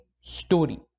story